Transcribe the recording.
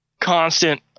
constant